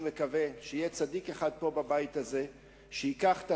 אני מקווה שיהיה צדיק אחד בבית הזה שייקח את